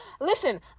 listen